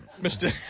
Mr